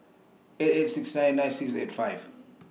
eight eight six nine nine six eight five